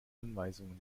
anweisungen